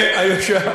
אמרתי "נכון, מסכים".